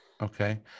Okay